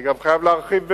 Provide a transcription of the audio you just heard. אני גם חייב להרחיב במלה,